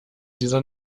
dieser